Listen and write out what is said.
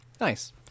Nice